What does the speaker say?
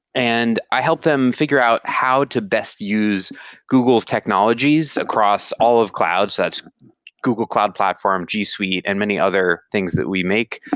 and i help them figure out how to best use google's technologies across all of clouds, that's google cloud platform, g suite and many other things that we make,